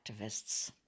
activists